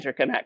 interconnect